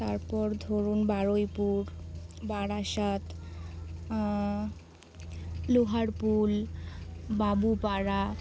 তারপর ধরুন বারুইপুর বারাসাত লোহারপুল বাবুপাড়া